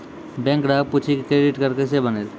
Bank ग्राहक पुछी की क्रेडिट कार्ड केसे बनेल?